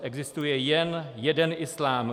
Existuje jen jeden islám.